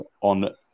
on